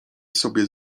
sobie